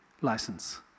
license